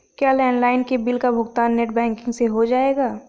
क्या लैंडलाइन के बिल का भुगतान नेट बैंकिंग से हो जाएगा?